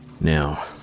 Now